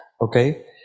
okay